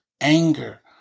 anger